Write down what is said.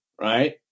right